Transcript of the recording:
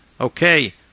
Okay